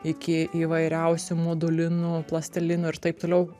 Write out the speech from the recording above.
iki įvairiausių modulinų plastelinų ir taip toliau